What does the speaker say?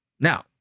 Now